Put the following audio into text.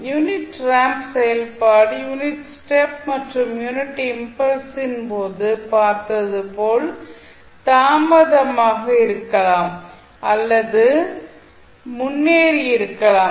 unit ramp செயல்பாடு unit step மற்றும் unit இம்பல்ஸின் போது பார்த்தது போல் தாமதமாகிறுக்கலாம் அல்லது முன்னேறியிருக்கலாம்